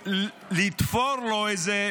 לתפור לו איזו